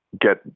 get